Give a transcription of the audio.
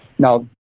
Now